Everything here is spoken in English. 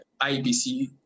IBC